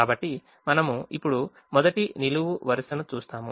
కాబట్టి మనము ఇప్పుడు మొదటి నిలువు వరుసను చూస్తాము